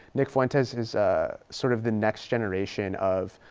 nick fuentes is sort of the next generation of